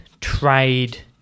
trade